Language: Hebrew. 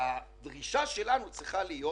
לדרוש שתהיה